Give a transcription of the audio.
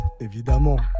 Évidemment